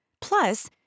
Plus